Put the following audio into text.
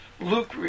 Luke